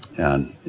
and,